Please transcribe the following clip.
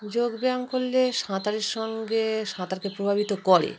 যোগব্যায়াম করলে সাঁতারের সঙ্গে সাঁতারকে প্রভাবিত করে